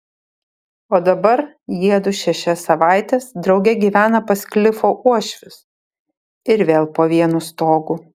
o dabar jiedu šešias savaites drauge gyvena pas klifo uošvius ir vėl po vienu stogu